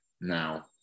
now